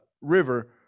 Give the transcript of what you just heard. river